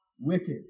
wicked